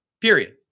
period